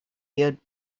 field